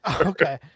Okay